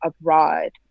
abroad